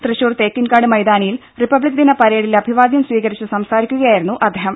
തൃശൂർ തേക്കിൻകാട് മൈതാനിയിൽ റിപ്പബ്ലിക് ദിന പരേഡിൽ അഭിവാദ്യം സ്വീകരിച്ചു സംസാരിക്കുകയായിരുന്നു അദ്ദേഹം